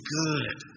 good